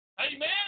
Amen